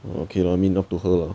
okay lah I mean not to her lah